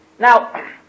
Now